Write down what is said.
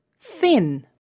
thin